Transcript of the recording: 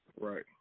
Right